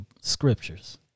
scriptures